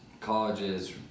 colleges